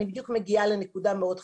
אני בדיוק מגיעה לנקודה מאוד חשובה.